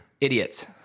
Idiots